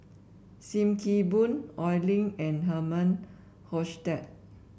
Sim Kee Boon Oi Lin and Herman Hochstadt